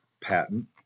patent